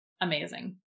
amazing